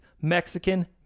Mexican